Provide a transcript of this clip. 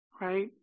right